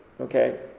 okay